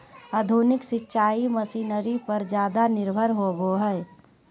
आधुनिक सिंचाई मशीनरी पर ज्यादा निर्भर होबो हइ